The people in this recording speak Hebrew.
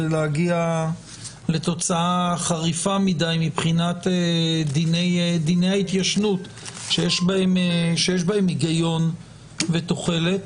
ולהגיע לתוצאה חריפה מדי מבחינת דיני ההתיישנות שיש בהם היגיון ותוחלת.